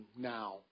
now